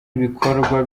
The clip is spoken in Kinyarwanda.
ibikorwa